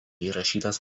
įrašytas